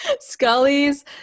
scully's